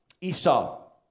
Esau